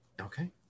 Okay